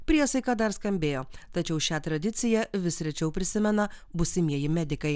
priesaika dar skambėjo tačiau šią tradiciją vis rečiau prisimena būsimieji medikai